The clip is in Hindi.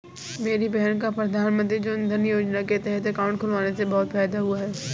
मेरी बहन का प्रधानमंत्री जनधन योजना के तहत अकाउंट खुलने से बहुत फायदा हुआ है